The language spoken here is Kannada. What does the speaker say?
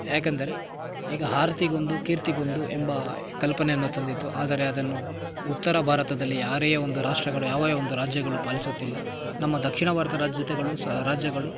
ಯಾಕಂದರೆ ಈಗ ಆರ್ತಿಗೊಂದು ಕೀರ್ತಿಗೊಂದು ಎಂಬ ಕಲ್ಪನೆಯನ್ನು ತಂದಿತ್ತು ಆದರೆ ಅದನ್ನು ಉತ್ತರ ಭಾರತದಲ್ಲಿ ಯಾರೇ ಒಂದು ರಾಷ್ಟ್ರಗಳು ಯಾವೇ ಒಂದು ರಾಜ್ಯಗಳು ಪಾಲಿಸುತ್ತಿಲ್ಲ ನಮ್ಮ ದಕ್ಷಿಣ ಭಾರತ ರಾಜ್ಯತೆಗಳು ಸ ರಾಜ್ಯಗಳು